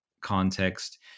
context